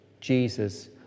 Jesus